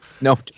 No